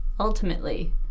Ultimately